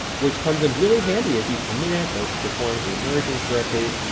which comes in really handy if you commit, or perform a merge incorrectly,